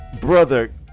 Brother